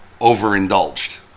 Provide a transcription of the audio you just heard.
overindulged